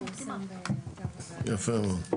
יפה מאוד.